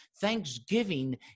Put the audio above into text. Thanksgiving